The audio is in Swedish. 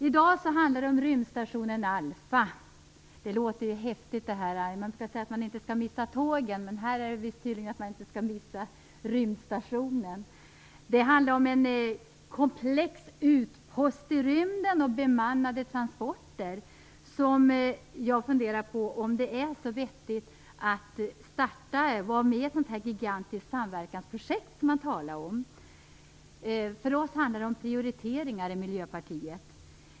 I dag handlar det om rymdstationen Alpha. Det låter häftigt. Det brukar heta att man inte skall missa tågen. Här skall man tydligen inte missa rymdstationen. Det handlar alltså om en komplex utpost i rymden och om bemannade transporter. Men jag undrar om det är så vettigt att vara med i ett så gigantiskt samverkansprojekt som det här talas om. För oss i Miljöpartiet handlar det om prioriteringar.